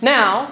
Now